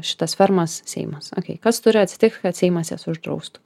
šitas fermas seimas okei kas turi atsitikt kad seimas jas uždraustų